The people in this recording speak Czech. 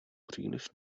příliš